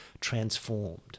transformed